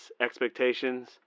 expectations